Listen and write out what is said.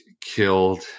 killed